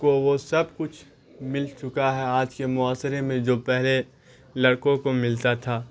کو وہ سب کچھ مل چکا ہے آج کے معاشرے میں جو پہلے لڑکوں کو ملتا تھا